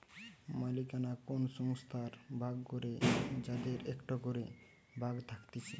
মালিকানা কোন সংস্থার ভাগ করে যাদের একটো করে ভাগ থাকতিছে